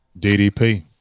DDP